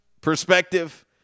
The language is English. perspective